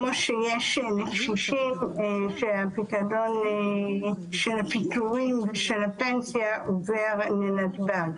כמו שיש לקשישים שהפיקדון של הפיטורין של הפנסיה עובר לנתב"ג